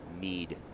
need